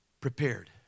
prepared